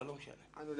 אני יודע